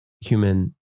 human